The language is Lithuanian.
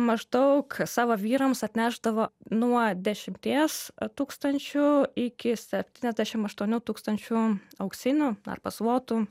maždaug savo vyrams atnešdavo nuo dešimties tūkstančių iki septyniasdešim aštuonių tūkstančių auksinių arba zlotų